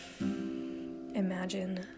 Imagine